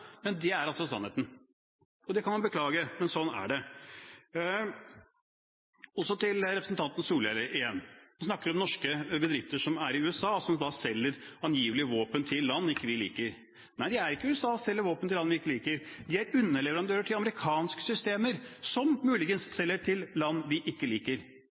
men det er altså sannheten. Det kan man beklage, men sånn er det. Så til representanten Solhjell igjen, som snakker om norske bedrifter som er i USA, og som angivelig selger våpen til land vi ikke liker: Nei, de er ikke i USA og selger våpen til land vi ikke liker. De er underleverandører til amerikanske systemer som muligens selger til land vi ikke liker.